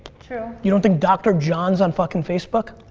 true. you don't think dr. john is on fucking facebook?